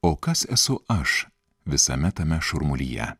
o kas esu aš visame tame šurmulyje